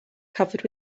covered